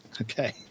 okay